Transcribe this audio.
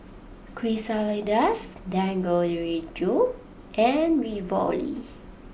Quesadillas Dangojiru and Ravioli